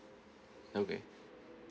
okay